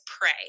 pray